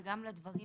וגם לדברים